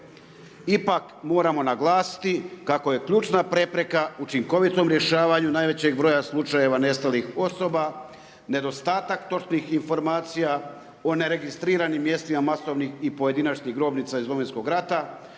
Ipak moramo naglasiti kako je ključna prepreka učinkovitom rješavanje najvećeg broja slučajeva nestali osoba, nedostatak točnih informacija o neregistriranim mjestima masovnim i pojedinačnih grobnica iz Domovinskog rata,